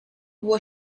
było